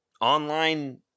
online